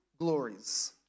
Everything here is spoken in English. glories